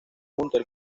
hunter